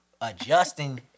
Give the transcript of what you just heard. adjusting